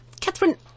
Catherine